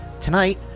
Tonight